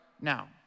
now